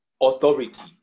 authority